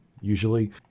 usually